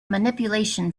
manipulation